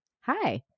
Hi